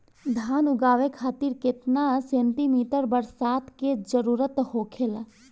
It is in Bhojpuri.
धान उगावे खातिर केतना सेंटीमीटर बरसात के जरूरत होखेला?